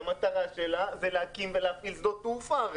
המטרה שלה היא הרי להקים ולהפעיל שדות תעופה